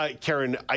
Karen